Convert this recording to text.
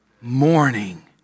morning